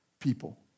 people